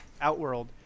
Outworld